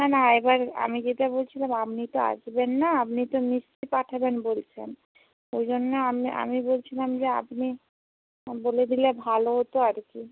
না না এবার আমি যেটা বলছিলাম আপনি তো আসবেন না আপনি তো মিস্ত্রি পাঠাবেন বলছেন ওই জন্যে আমি আমি বলছিলাম যে আপনি বলে দিলে ভালো হতো আর কী